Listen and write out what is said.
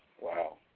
Wow